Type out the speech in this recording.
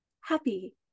happy